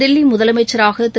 தில்லி முதலமைச்சராக திரு